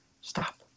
stop